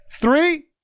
three